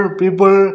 people